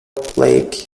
plaque